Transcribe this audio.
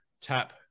tap